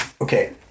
Okay